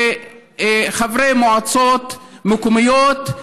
שחברי מועצות מקומיות,